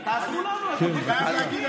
תעזרו לנו, כן, בבקשה.